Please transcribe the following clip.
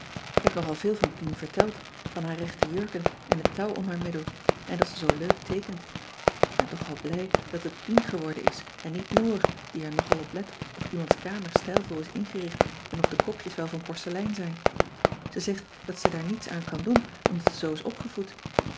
ik heb nogal veel van pien verteld van haar rechte jurken en het touw om haar middel en dat ze zoo leuk teekent ik ben toch wel blij dat het pien geworden is en niet noor die er nogal op let of iemands kamer stijlvol is ingericht en of de kopjes wel van porcelein zijn ze zegt dat ze daar niets aan kan doen omdat ze zoo is opgevoed